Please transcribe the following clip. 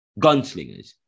gunslingers